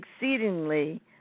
exceedingly